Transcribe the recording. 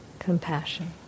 Compassion